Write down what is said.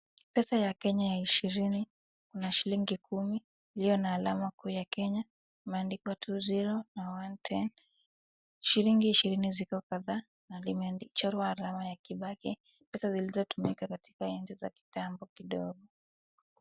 Pesa ya Kenya ya ishirini kuna shillingi kumi iliyo na alama kuu ya Kenya imeandikwa two zero na one ten . Shillingi ishirini ziko kadhaa na limechorwa alama ya Kibaki, pesa zilizotumika katika enzi za kitambo kidogo.